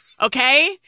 okay